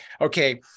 Okay